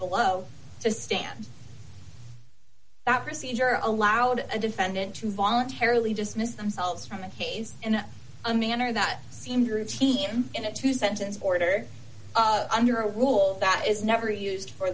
below to stand that procedure allowed a defendant to voluntarily dismiss themselves from a case in a manner that seemed routine in a two sentence order under a rule that is never used for